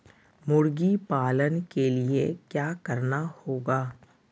मुर्गी पालन के लिए क्या करना होगा?